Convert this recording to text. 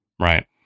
Right